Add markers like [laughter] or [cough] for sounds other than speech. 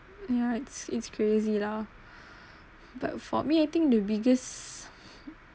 yeah it's it's crazy lah [breath] but for me I think the biggest